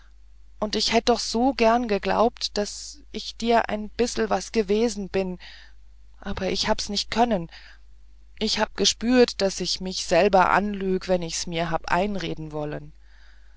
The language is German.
und ich hätt doch so gern geglaubt daß ich dir nur ein bissel was gewesen bin aber ich hab's nicht können ich hab gespürt daß ich mich selber anlüg wenn ich mir's hab einreden wollen